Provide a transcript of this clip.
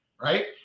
right